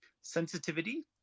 Sensitivity